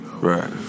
Right